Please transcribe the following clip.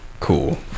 cool